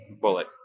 bullet